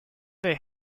they